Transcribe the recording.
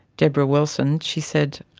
debra wilson, she said,